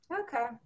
okay